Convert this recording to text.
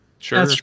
Sure